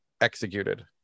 executed